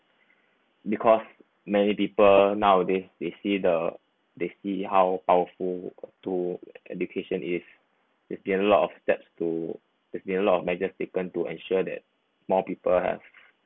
because many people nowadays they see the they see how powerful to education is there's been a lot of steps to there's been a lot of measures taken to ensure that more people have